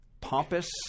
pompous